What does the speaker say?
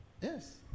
Yes